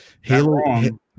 halo